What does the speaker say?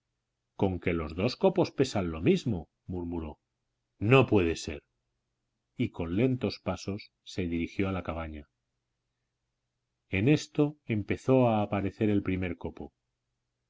conque los dos copos pesan lo mismo murmuró no puede ser y con lentos pasos se dirigió a la cabaña en esto empezó a aparecer el primer copo